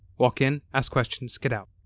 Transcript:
walk in, ask questions, get out.